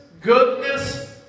goodness